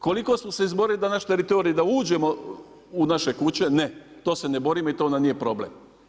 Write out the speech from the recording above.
Koliko smo se izborili za naš teritorij da uđemo u naše kuće, ne, to se ne borimo i to nam nije problem.